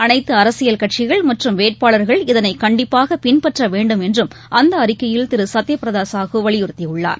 அனைத்துஅரசியல் கட்சிகள் மற்றம் வேட்பாளர்கள் இதனைகண்டிப்பாகபின்பற்றவேண்டும் என்றும் அந்தஅறிக்கையில் திருசத்தியபிரதாசாஹூ வலியுறுத்தியுள்ளார்